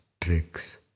tricks